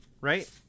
Right